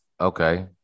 okay